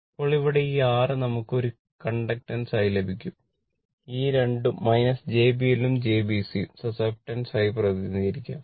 ഇപ്പോൾ ഇവിടെ ഈ R നമുക്ക് ഇത് ഒരു കണ്ടക്ടൻസ് ആയി പ്രതിനിധീകരിക്കാം